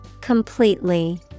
Completely